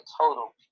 total